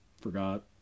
forgot